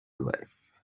life